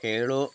Kelu